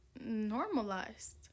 normalized